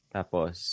Tapos